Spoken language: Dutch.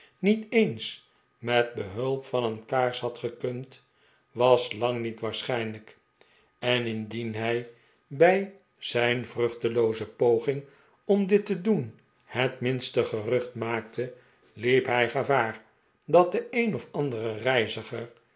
niet eens met behulp van een kaars had gekund was lang niet waarschijnlijk en indien hij bij zijn vruchtelooze poging om dit te doen het minste gerucht maakte liep hij gevaar dat de een of andere reiziger